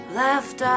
left